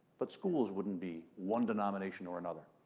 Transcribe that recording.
but schools wouldn't be one denomination or another.